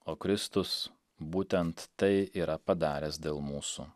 o kristus būtent tai yra padaręs dėl mūsų